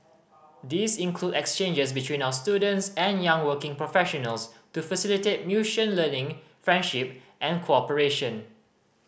these include exchanges between our students and young working professionals to facilitate learning friendship and cooperation